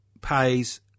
pays